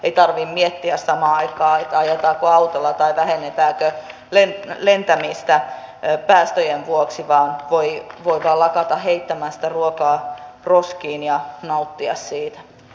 ei tarvitse miettiä samaan aikaan että ajetaanko autolla tai vähennetäänkö lentämistä päästöjen vuoksi vaan voi vain lakata heittämästä ruokaa roskiin ja nauttia siitä